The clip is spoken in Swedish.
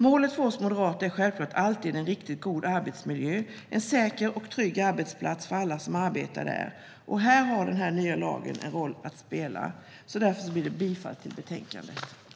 Målet för oss moderater är självklart alltid en riktigt god arbetsmiljö och en säker och trygg arbetsplats för alla som arbetar där. Här har den nya lagen en roll att spela. Jag yrkar bifall till utskottets förslag i betänkandet.